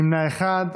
נמנע אחד,